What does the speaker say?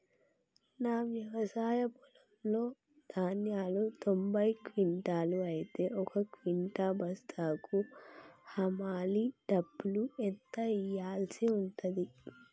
నా వ్యవసాయ పొలంలో ధాన్యాలు తొంభై క్వింటాలు అయితే ఒక క్వింటా బస్తాకు హమాలీ డబ్బులు ఎంత ఇయ్యాల్సి ఉంటది?